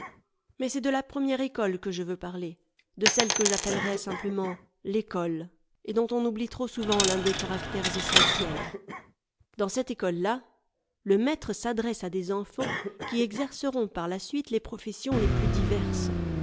mais c'est de la première école que je veux parler de celle que j'appellerai simplement l'ecole et dont on oublie trop souvent l'un des caractères essentiels dans cette ecole là le maître s'adresse à des enfants qui exerceront par la suite les professions les plus diverses